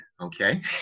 okay